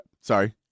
sorry